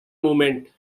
moment